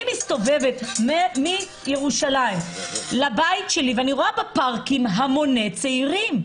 אני מסתובבת מירושלים לבית שלי ואני רואה בפארקים המוני צעירים.